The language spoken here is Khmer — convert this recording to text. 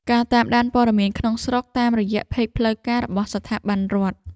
ការតាមដានព័ត៌មានក្នុងស្រុកតាមរយៈផេកផ្លូវការរបស់ស្ថាប័នរដ្ឋ។